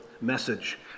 message